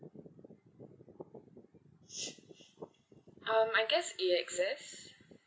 um I guess A_S_X